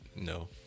No